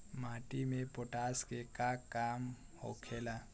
माटी में पोटाश के का काम होखेला?